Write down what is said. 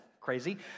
Crazy